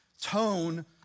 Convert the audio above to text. tone